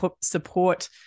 support